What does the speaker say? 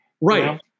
Right